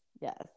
Yes